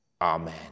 Amen